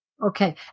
Okay